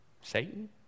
Satan